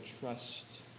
trust